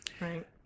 Right